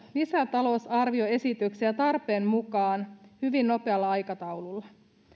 lisätalousarvioesityksiä tarpeen mukaan hyvin nopealla aikataululla